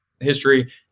history